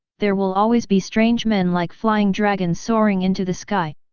there will always be strange men like flying dragons soaring into the sky.